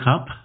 up